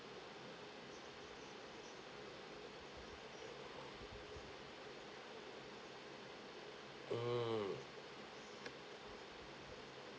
mm